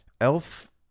Elf